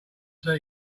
see